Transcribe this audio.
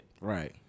Right